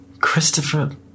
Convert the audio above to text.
Christopher